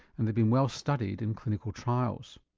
and they've been well studied in clinical trials.